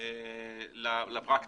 כמו שאמרו,